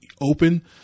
open